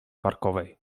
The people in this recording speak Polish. parkowej